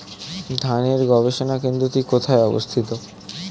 ধানের গবষণা কেন্দ্রটি কোথায় অবস্থিত?